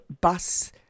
bus